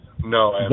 No